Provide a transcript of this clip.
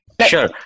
Sure